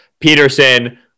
Peterson